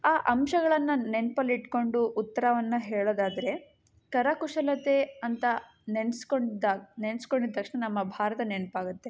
ಆ ಅಂಶಗಳನ್ನು ನೆನ್ಪಲ್ಲಿ ಇಟ್ಟುಕೊಂಡು ಉತ್ತರವನ್ನ ಹೇಳೋದಾದರೆ ಕರಕುಶಲತೆ ಅಂತ ನೆನ್ಸ್ಕೊಂಡಾಗ ನೆನ್ಸ್ಕೊಂಡಿದ್ದ ತಕ್ಷಣ ನಮ್ಮ ಭಾರತ ನೆನಪಾಗತ್ತೆ